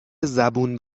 زبون